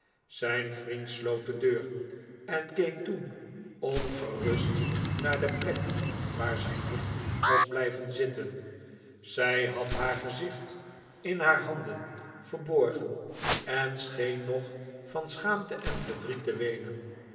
zijn vriend sloot de deur en keek toen ongerust naar de plek waar zijn nicht was blijven zitten zij had haar gezicht in haar handen verborgen en scheen nog van schaamte en verdriet te weenen